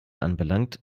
anbelangt